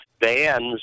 bands